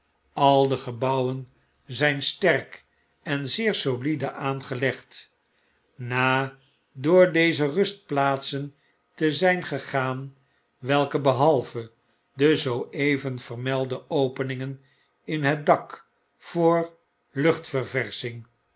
al degebouwen zfln sterk en zeer solide aangelegd na door deze rustplaatsen te zyn gegaan welke behalve de zoo even vermelde openingen in het